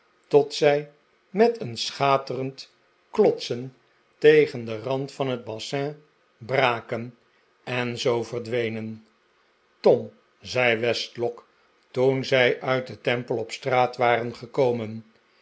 tot zij met een schaterend klotsen tegen den rand van het bassin braken en zoo verdwenen tom zei westlock toen zij uit den temple op straat waren gekomen